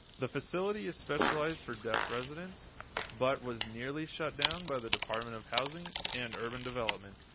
the facility is specialized for deaf residents but was nearly shut down by the department of housing and urban development.